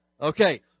Okay